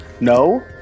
no